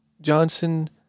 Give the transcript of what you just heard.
Johnson